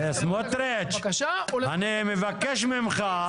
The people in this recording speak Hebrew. --- סמוטריץ', אני מבקש ממך.